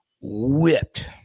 whipped